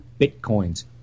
Bitcoins